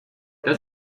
das